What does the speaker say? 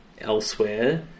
elsewhere